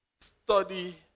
Study